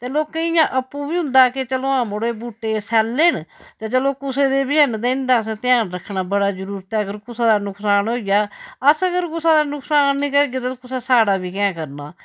ते लोकें इ'यां आपूं बी होंदा के चलो हां मड़ो एह् बूह्टे सैल्ले न ते चलो कुसै दे बी हैन ते इं'दा असें ध्यान रक्खना बड़ा जरूरत ऐ अगर कुसै दा नुकसान होई जा अस अगर कुसै दा नुकसान नी करगै ते कुसै साढ़ा बी कैंह् करना